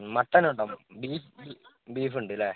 മട്ടനുണ്ടോ beef ബീഫുണ്ടല്ലേ